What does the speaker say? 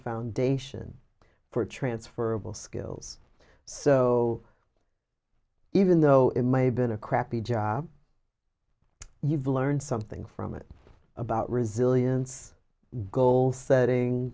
foundation for transferable skills so even though it may have been a crappy job you've learned something from it about resilience goal setting